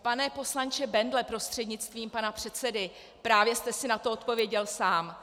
Pane poslanče Bendle prostřednictvím pana předsedajícího, právě jste si na to odpověděl sám.